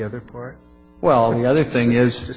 other well the other thing is